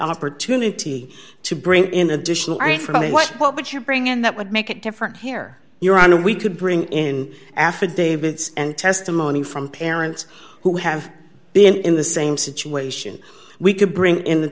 opportunity to bring in additional and from what what would you bring in that would make it different here your honor we could bring in affidavits and testimony from parents who have been in the same situation we could bring in the